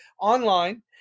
online